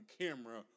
camera